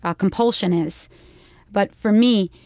ah compulsion is but for me,